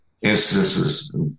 instances